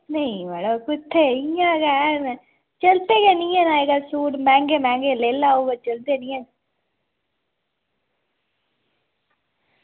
नेईं मड़ो कुत्थें इ'यां गै चलदे निं हैन सूट अजकल्ल मैंह्गे मैंह्गे लेई लैओ पर चलदे गै नेईं एैन